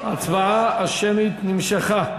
ההצבעה השמית נמשכה.